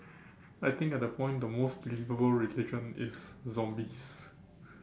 I think at that point the most believable religion is zombies